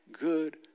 good